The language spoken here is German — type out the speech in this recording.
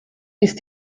ist